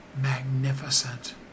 magnificent